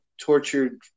tortured